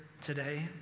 today